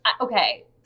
okay